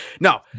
No